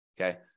okay